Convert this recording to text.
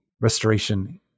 restoration